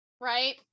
Right